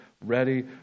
ready